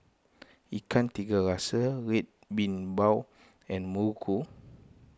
Ikan Tiga Rasa Red Bean Bao and Muruku